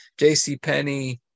JCPenney